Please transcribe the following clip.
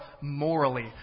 morally